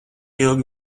ilgi